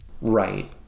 Right